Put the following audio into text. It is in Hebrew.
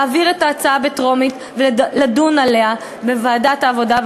להעביר את ההצעה בקריאה טרומית ולדון עליה בוועדת העבודה,